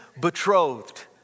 betrothed